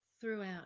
throughout